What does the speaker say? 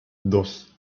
dos